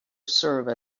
serve